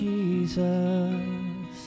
Jesus